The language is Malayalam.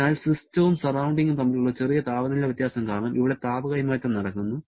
അതിനാൽ സിസ്റ്റവും സറൌണ്ടിങ്ങും തമ്മിലുള്ള ചെറിയ താപനില വ്യത്യാസം കാരണം ഇവിടെ താപ കൈമാറ്റം നടക്കുന്നു